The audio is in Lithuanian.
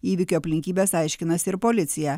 įvykio aplinkybes aiškinasi ir policija